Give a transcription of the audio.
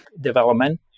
development